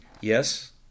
Yes